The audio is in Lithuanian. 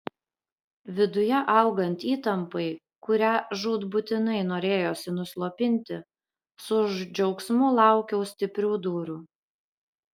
viduje augant įtampai kurią žūtbūtinai norėjosi nuslopinti su džiaugsmu laukiau stiprių dūrių